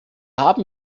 haben